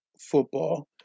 football